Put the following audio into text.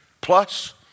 plus